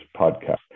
podcast